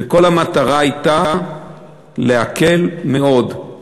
וכל המטרה הייתה להקל מאוד,